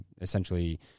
essentially